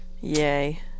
yay